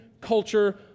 culture